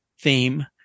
theme